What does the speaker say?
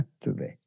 today